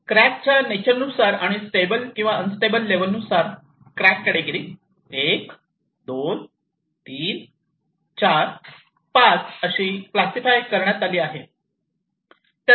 crack च्या nature नुसार आणि स्टेबल किंवा अनस्टेबल लेवल नुसार क्रॅक कॅटेगिरी 1 2 34 5 अशी करण्यात आली आहे